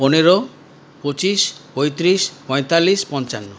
পনেরো পঁচিশ পঁয়ত্রিশ পঁয়তাল্লিশ পঞ্চান্ন